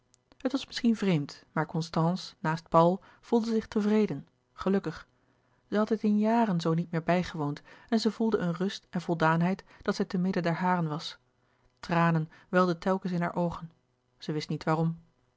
het was misschien vreemd maar constance naast paul voelde zich tevreden gelukkig zij had dit in jaren zoo niet meer bijgewoond en zij voelde een rust en voldaanheid dat zij te midden der haren was tranen welden telkens in hare oogen zij wist niet waarom